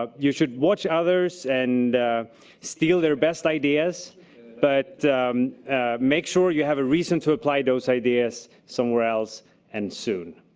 um you should watch others and steal their best ideas but make sure you have a reason to apply those ideas somewhere else and soon.